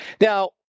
Now